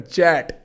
Chat